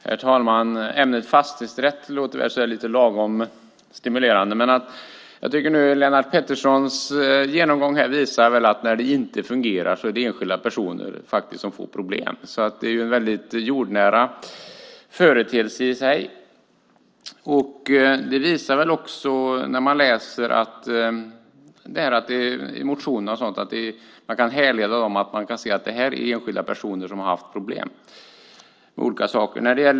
Herr talman! Ämnet fastighetsrätt låter väl lagom stimulerande. Lennart Petterssons genomgång visar att när det inte fungerar är det enskilda personer som får problem. Det är alltså en jordnära företeelse. I motionerna kan man se att det handlar om enskilda personer som har haft problem.